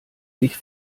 sich